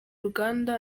ruganda